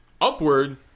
upward